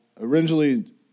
originally